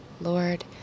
Lord